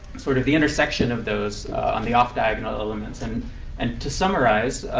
sort of the intersection of those on the off-diagonal elements. and and to summarize,